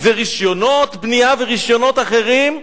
זה רשיונות בנייה ורשיונות אחרים,